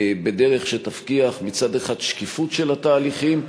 בדרך שתבטיח מצד אחד שקיפות של התהליכים,